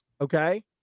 Okay